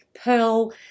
pearl